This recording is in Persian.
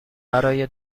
برای